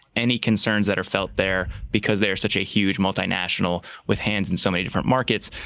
any concerns that are felt there, because they're such a huge multinational with hands in so many different markets,